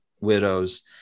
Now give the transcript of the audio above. widows